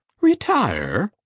retire?